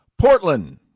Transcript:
Portland